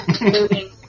moving